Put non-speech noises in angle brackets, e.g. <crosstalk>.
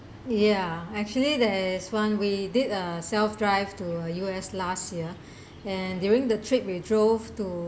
ya actually there is one we did a self drive to uh U_S last year <breath> and during the trip we drove to